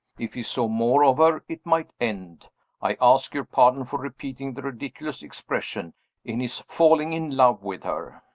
if he saw more of her, it might end i ask your pardon for repeating the ridiculous expression in his falling in love with her.